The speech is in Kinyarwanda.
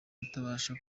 utabasha